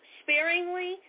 sparingly